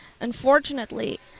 Unfortunately